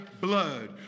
blood